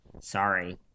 sorry